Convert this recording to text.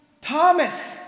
Thomas